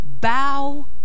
bow